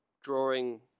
drawing